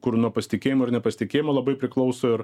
kur nuo pasitikėjimo ir nepasitikėjimo labai priklauso ir